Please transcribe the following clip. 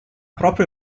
proprio